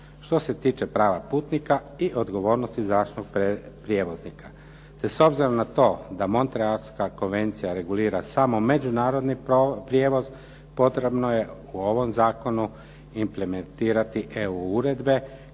Što se tiče prava putnika i odgovornosti zračnog prijevoznika. Te s obzirom na to da Montrealska konvencija regulira samo međunarodni prijevoz, potrebno je u ovom zakonu implementirati EU uredbe